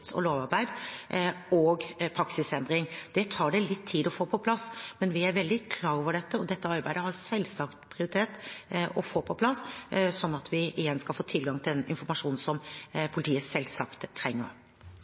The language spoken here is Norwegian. og lovarbeid og praksisendring. Det tar det litt tid å få på plass. Vi er veldig klar over dette, og arbeidet med å få dette på plass har selvsagt prioritet, slik at vi igjen kan få tilgang til informasjon som politiet selvsagt trenger.